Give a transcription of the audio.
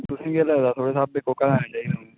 तुसें ई केह् लगदा थुआढ़े स्हाबै कोह्का लैना चाहिदा हून